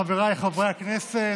חבריי חברי הכנסת,